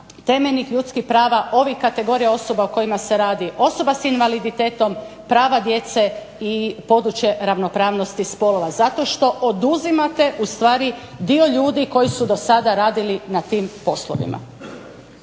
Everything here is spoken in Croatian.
temeljnih ljudskih prava ovih kategorija osoba o kojima se radi, osoba s invaliditetom, prava djece, i područje ravnopravnosti spolova, zato što oduzimate ustvari dio ljudi koji su do sada radili na tim poslovima.